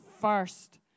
first